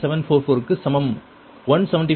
744 க்கு சமம் 174